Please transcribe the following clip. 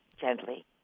gently